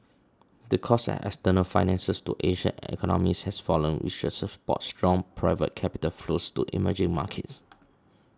the cost of external finance to Asian economies has fallen which should support strong private capital flows to emerging markets